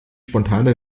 spontane